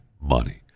money